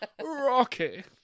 Rocky